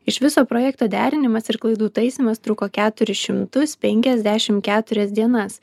iš viso projekto derinimas ir klaidų taisymas truko keturis šimtus penkiasdešim keturias dienas